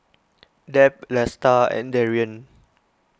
Deb Lesta and Darrian